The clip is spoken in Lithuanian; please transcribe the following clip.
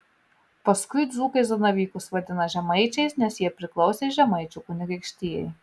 paskui dzūkai zanavykus vadina žemaičiais nes jie priklausė žemaičių kunigaikštijai